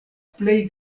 plej